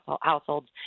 households